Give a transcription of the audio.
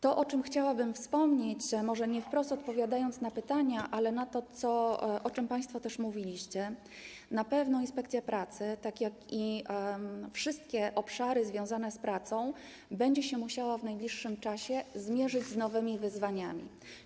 To, o czym chciałabym wspomnieć, może nie wprost, odpowiadając na pytania, o czym państwo też mówiliście, dotyczy tego, że inspekcja pracy, tak jak wszystkie obszary związane z pracą, będzie się musiała w najbliższym czasie zmierzyć z nowymi wyzwaniami.